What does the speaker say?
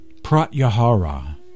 Pratyahara